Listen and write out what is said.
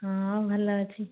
ହଁ ଭଲ ଅଛି